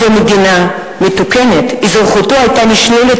ובמדינה מתוקנת אזרחותו היתה נשללת